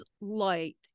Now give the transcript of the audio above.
light